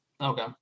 Okay